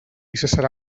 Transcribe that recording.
cessarà